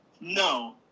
No